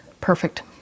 perfect